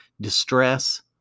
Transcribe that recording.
distress